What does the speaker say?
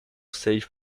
stage